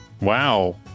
Wow